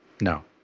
No